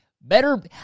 better